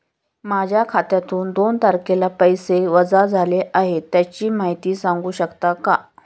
माझ्या खात्यातून दोन तारखेला पैसे वजा झाले आहेत त्याची माहिती सांगू शकता का?